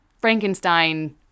Frankenstein